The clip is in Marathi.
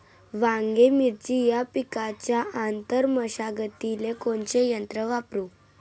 वांगे, मिरची या पिकाच्या आंतर मशागतीले कोनचे यंत्र वापरू?